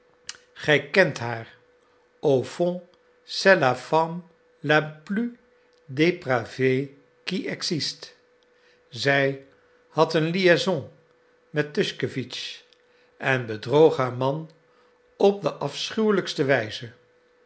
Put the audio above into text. gij kent haar au fond c'est la femme la plus dépravée qui existe zij had een liaison met tuschkewitsch en bedroog haar man op de afschuwelijkste wijze